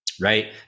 Right